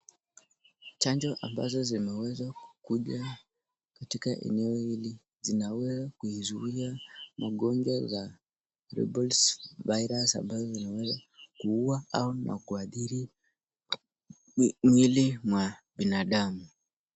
Chanjo ambazo zimeweza kuja katika eneo hili zinaweza kuzuia magonjwa za measles virus ambayo inaweza kuua ua nakuadhiri mwili wa binadamu.